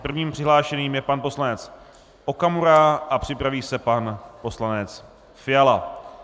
Prvním přihlášeným je pan poslanec Okamura a připraví se pan poslanec Fiala.